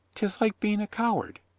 tis like being a coward.